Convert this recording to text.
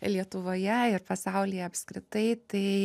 lietuvoje ir pasaulyje apskritai tai